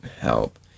help